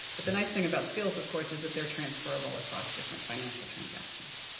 but the nice thing about skills, of course, is that they're transferrable across different financial transactions.